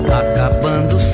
acabando